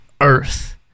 earth